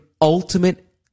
ultimate